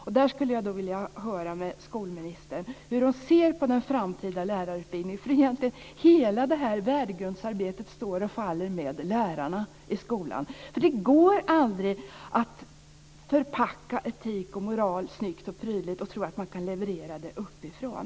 Jag skulle vilja höra med skolministern hur hon ser på den framtida lärarutbildningen, för egentligen står och faller hela det här värdegrundsarbetet med lärarna i skolan. Det går aldrig att förpacka etik och moral snyggt och prydligt och tro att man kan leverera det uppifrån.